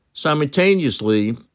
Simultaneously